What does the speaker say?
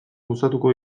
gozatuko